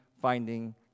finding